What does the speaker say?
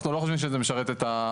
זה לא משרת את הדיירים.